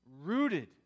Rooted